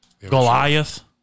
Goliath